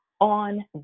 on